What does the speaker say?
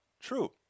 True